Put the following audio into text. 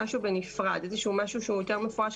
משהו שהוא יותר מפורש,